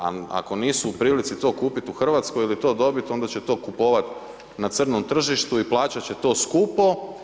Ako nisu u prilici to kupiti u Hrvatskoj ili to dobiti onda će to kupovati na crnom tržištu i plaćati će to skupo.